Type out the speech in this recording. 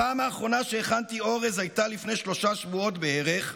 הפעם האחרונה שהכנתי אורז הייתה לפני שלושה שבועות בערך,